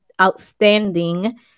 outstanding